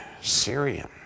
Syrian